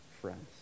friends